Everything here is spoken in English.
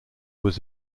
was